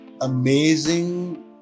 amazing